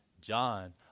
John